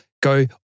go